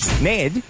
Ned